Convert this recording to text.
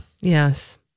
Yes